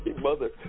mother